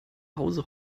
hause